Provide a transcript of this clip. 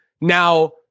now